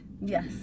Yes